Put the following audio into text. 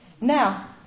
Now